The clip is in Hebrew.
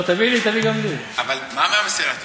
אבל מה ב"מסילת ישרים"?